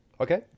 Okay